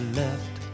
left